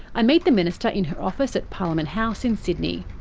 i meet the minister in her office at parliament house in sydney.